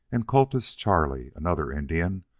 and cultus charlie, another indian,